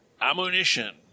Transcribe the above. ammunition